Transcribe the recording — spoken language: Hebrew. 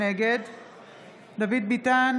נגד דוד ביטן,